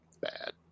bad